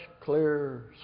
clear